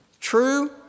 True